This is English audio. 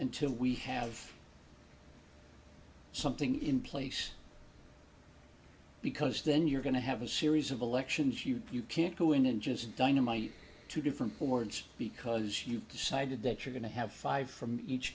until we have something in place because then you're going to have a series of elections you can't go in and just dynamite two different ports because you've decided that you're going to have five from each